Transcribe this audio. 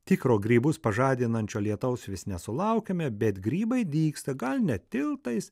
tikro grybus pažadinančio lietaus vis nesulaukiame bet grybai dygsta gal ne tiltais